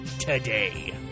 today